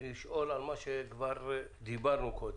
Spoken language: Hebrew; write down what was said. מה שכבר דיברנו קודם.